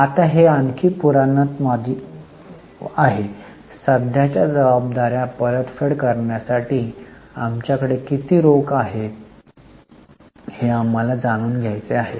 आता हे आणखी पुराणमतवादी आहे सध्याच्या जबाबदार्या परतफेड करण्यासाठी आमच्याकडे किती रोख आहे हे आम्हाला जाणून घ्यायचे आहे